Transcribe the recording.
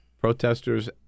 protesters